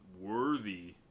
worthy